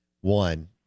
one